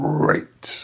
Great